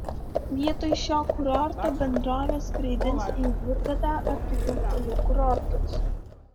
vietoj šio kurorto bendrovė skraidins į hurgadą ar kitų šalių kurortus